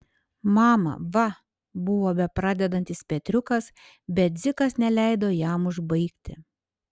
mama va buvo bepradedantis petriukas bet dzikas neleido jam užbaigti